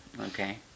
Okay